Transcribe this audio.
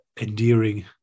endearing